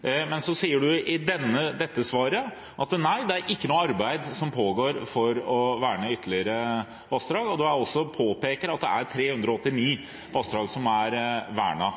noe arbeid som pågår for å verne ytterligere vassdrag, og han har også påpekt at det er 389 vassdrag som er vernet.